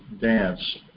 dance